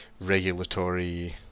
regulatory